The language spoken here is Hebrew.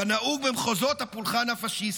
כנהוג במחוזות הפולחן הפשיסטי.